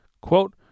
Quote